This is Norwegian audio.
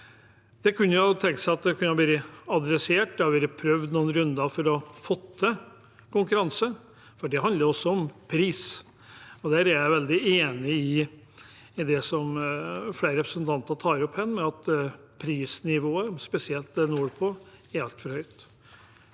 En kunne tenke seg at det ble adressert. Det har vært prøvd i noen runder å få til konkurranse. Det handler også om pris, og der er jeg veldig enig i det som flere representanter tar opp, at prisnivået, spesielt nordpå, er altfor høyt.